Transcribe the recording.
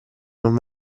non